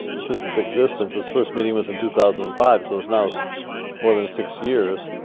since its existence, its first meeting was in two thousand and five, so it's now so more than six years,